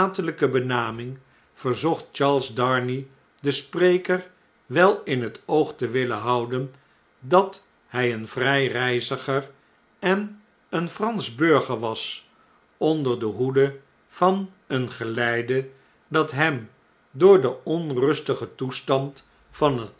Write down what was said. benaming verzocht charles darnay den spreker wel in het oog te willen houden dat hjj een vrjj reiziger en een eransch burger was onder de hoede van een geleide dat hem door den onrustigen toestand van het